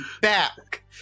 back